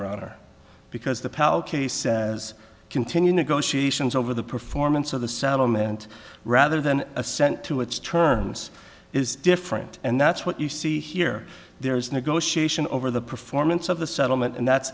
honor because the as continue negotiations over the performance of the saddle meant rather than assent to its terms is different and that's what you see here there is a negotiation over the performance of the settlement and that's